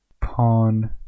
Pawn